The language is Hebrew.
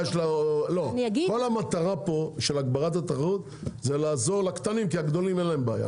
כל המטרה פה של הגברת התחרות היא לעזור לקטנים כי לגדולים אין בעיה,